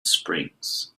springs